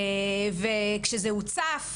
כשזה הוצף,